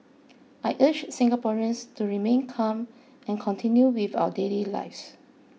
I urge Singaporeans to remain calm and continue with our daily lives